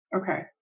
okay